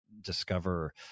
discover